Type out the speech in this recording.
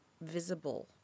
visible